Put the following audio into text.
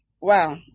wow